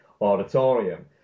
auditorium